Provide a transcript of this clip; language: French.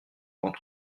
quand